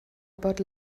about